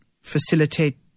facilitate